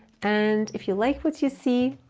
and if you like what you see,